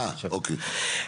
אה אוקיי.